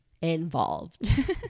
involved